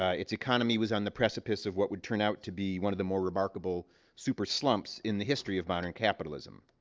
ah its economy was on the precipice of what would turn out to be one of the more remarkable super slumps in the history of modern capitalism.